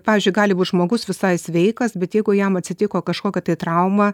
pavyzdžiui gali būt žmogus visai sveikas bet jeigu jam atsitiko kažkokia tai trauma